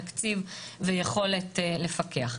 תקציב ויכולת לפקח,